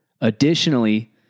Additionally